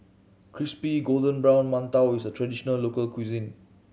crispy golden brown mantou is a traditional local cuisine